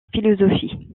philosophie